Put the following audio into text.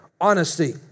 honesty